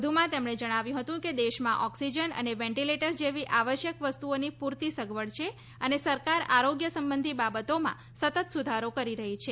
વધુમાં તેમણે જણાવ્યું હું કે દેશમાં ઓક્સિજન અને વેન્ટીલેટર જેવી આવશ્યક વસ્તુઓની પૂરતી સગવડ છે અને સરકાર આરોગ્ય સંબંધી બાબતોમાં સતત સુધારો કરી રહી છે